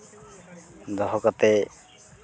ᱫᱚᱦᱚ ᱠᱟᱛᱮ